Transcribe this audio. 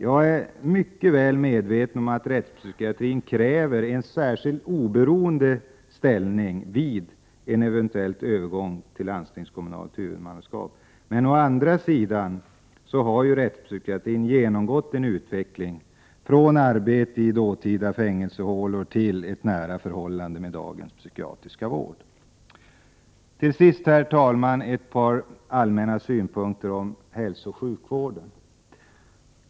Jag är mycket väl medveten om att rättspsykiatrin kräver en särskild, oberoende ställning vid en eventuell övergång till landstingskommunalt huvudmannaskap. I gengäld har rättspsykiatrin genomgått en utveckling från arbete i dåtida fängelsehålor till ett nära förhållande med dagens psykiatriska vård. Till sist, herr talman, vill jag ge ett par allmänna synpunkter om hälsooch sjukvården.